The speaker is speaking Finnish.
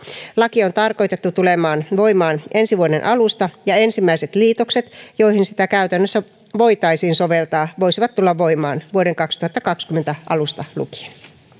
laki on tarkoitettu tulemaan voimaan ensi vuoden alusta ja ensimmäiset liitokset joihin sitä käytännössä voitaisiin soveltaa voisivat tulla voimaan vuoden kaksituhattakaksikymmentä alusta lukien